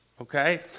okay